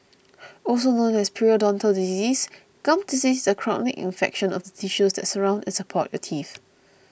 also known as periodontal disease gum disease is a chronic infection of the tissues that surround and support your teeth